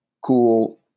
Cool